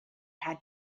had